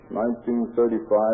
1935